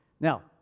Now